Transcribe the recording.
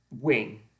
wing